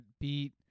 beat